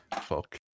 Fuck